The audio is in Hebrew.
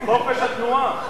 חופש התנועה.